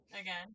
again